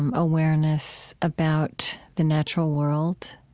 um awareness about the natural world.